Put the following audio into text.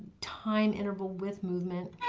time interval with movement.